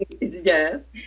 Yes